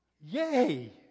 Yay